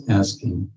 asking